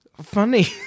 funny